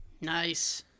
Nice